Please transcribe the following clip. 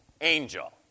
angel